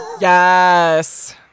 Yes